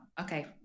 Okay